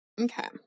Okay